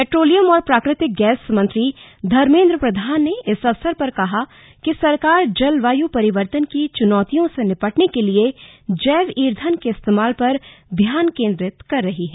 petroleum और प्राकृतिक gas मंत्री धर्मेन्द्र प्रधान ने इस अवसर पर कहा कि सरकार जलवायु परिवर्तन की चुनौतियों से निपटने के लिए जैव ईंधन के इस्तेमाल पर ध्यान केंद्रित कर रही है